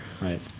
Right